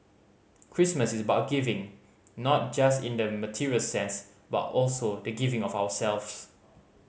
Christmas is about giving not just in a material sense but also the giving of ourselves